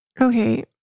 Okay